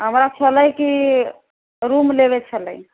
हमरा छलै की रूम लेबयके छलै